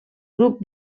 grup